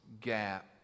gap